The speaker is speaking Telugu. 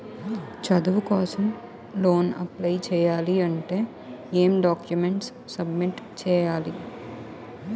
చదువు కోసం లోన్ అప్లయ్ చేయాలి అంటే ఎం డాక్యుమెంట్స్ సబ్మిట్ చేయాలి?